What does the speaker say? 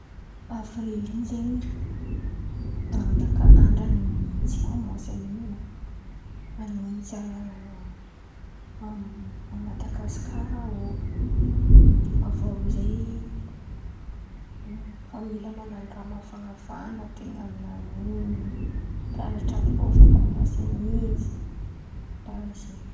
Avrily io zen̈y amy nakà andra n̈itsy, kômansy aminio zen̈y n̈itsy a Madagasikara eo. Avy eo amy izay aminio mila man̈ano raha mafan̈afan̈a ten̈a amin̈any io, mpian̈atra àby io efa kômansy man̈itsy karàha zen̈y.